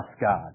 God